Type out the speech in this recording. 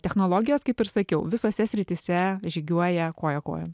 technologijos kaip ir sakiau visose srityse žygiuoja koja kojon